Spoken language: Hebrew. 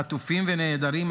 חטופים ונעדרים,